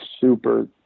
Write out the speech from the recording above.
super